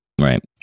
right